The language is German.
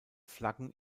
flaggen